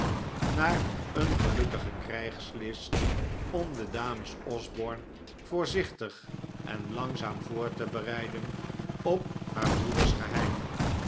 naar een gelukkige krijgslist om de dames osborne voorzichtig en langzaam voor te bereiden op haar broeders geheim